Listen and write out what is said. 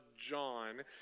John